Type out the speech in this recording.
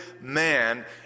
man